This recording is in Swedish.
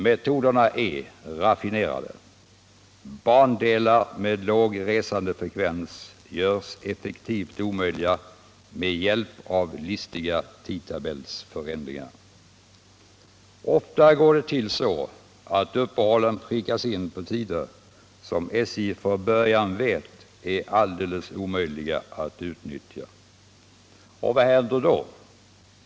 Metoderna är raffinerade: bandelar med låg resandefrekvens görs effektivt omöjliga med hjälp av listiga tidtabellsförändringar. Ofta går det till så att uppehållen prickas in på tider som SJ från början vet är alldeles omöjliga att utnyttja! Och vad händer då?